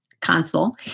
console